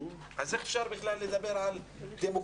אז איך אפשר בכלל לדבר על דמוקרטיה?